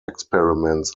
experiments